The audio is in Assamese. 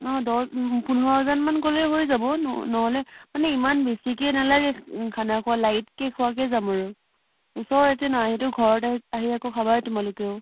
অ' দহ পোন্ধৰজনমান গ'লে হৈ যাব নহ'লে মানে ইমান বেছিকৈ নালাগে খানা খোৱা লাইটকৈ খোৱাকৈ যাম আৰু ওচৰতে ন সেইটো ঘৰত আহি আকৌ খাবাই তোমালোকেও